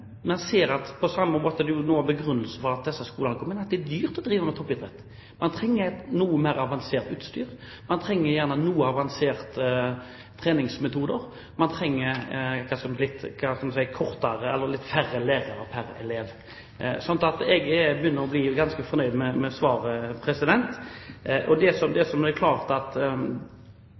for at disse skolene kommer inn, er at det er dyrt å drive med toppidrett. Man trenger noe mer avansert utstyr, man trenger gjerne noen avanserte treningsmetoder, og man trenger kanskje litt færre elever pr. lærer. Jeg begynner nå å bli ganske fornøyd med svaret. Det som er åpenbart, er at skal man drive privatskole i dag, må man bli